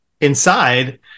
inside